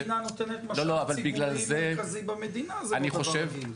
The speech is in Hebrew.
גם כשמדינה נותנת משאב ציבורי מרכזי במדינה זה לא דבר רגיל.